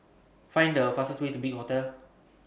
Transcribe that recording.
Find The fastest Way to Big Hotel